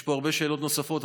יש פה הרבה שאלות נוספות,